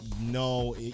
no